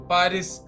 Paris